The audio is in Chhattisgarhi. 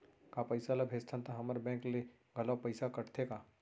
का पइसा ला भेजथन त हमर बैंक ले घलो पइसा कटथे का?